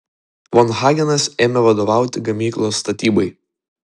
von hagenas ėmė vadovauti gamyklos statybai